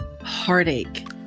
heartache